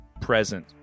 present